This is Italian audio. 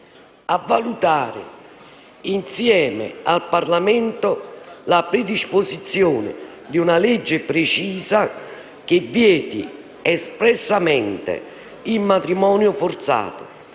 di valutare, insieme al Parlamento, la predisposizione di una legge precisa che vieti espressamente il matrimonio forzato,